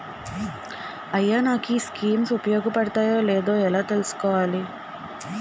అయ్యా నాకు ఈ స్కీమ్స్ ఉపయోగ పడతయో లేదో ఎలా తులుసుకోవాలి?